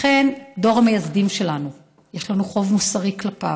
לכן, דור המייסדים שלנו, יש לנו חוב מוסרי כלפיו.